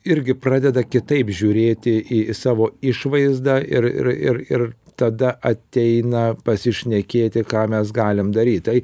irgi pradeda kitaip žiūrėti į savo išvaizdą ir ir ir ir tada ateina pasišnekėti ką mes galim daryt tai